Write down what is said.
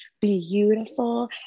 beautiful